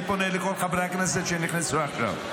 אני פונה לכל חברי הכנסת שנכנסו עכשיו.